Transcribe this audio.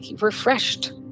refreshed